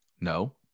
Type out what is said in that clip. No